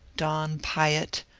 donn piatt,